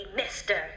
mister